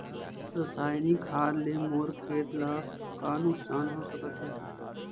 रसायनिक खाद ले मोर खेत ला का नुकसान हो सकत हे?